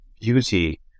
beauty